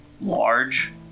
large